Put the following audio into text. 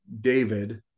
David